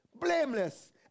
blameless